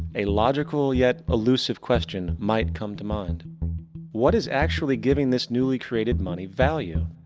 a logical yet illusive question might come to mind what is actually giving this newly created money value?